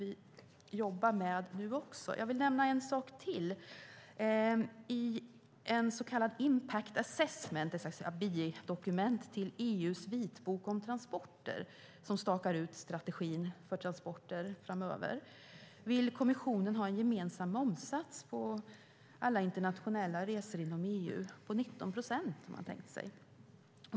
I en så kallad impact assessment, ett bidokument till EU:s vitbok om transporter, som stakar ut strategin för transporter framöver vill kommissionen ha en gemensam momssats på 19 procent på alla internationella resor inom EU.